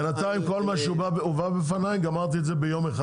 בינתיים כל מה שהובא בפניי גמרתי ביום אחד.